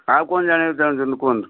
ଆଉ କ'ଣ ଜାଣିବାକୁ ଚାହୁଁଛନ୍ତି କୁହନ୍ତୁ